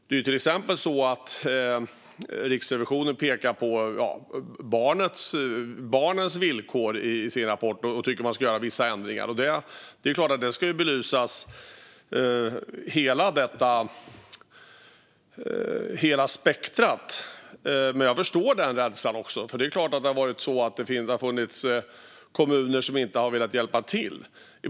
Till exempel pekar Riksrevisionen i sin rapport på barnens villkor och tycker att man ska göra vissa ändringar. Det är klart att hela spektrumet ska belysas. Jag förstår rädslan. Det är klart att det har funnits kommuner som inte velat hjälpa till.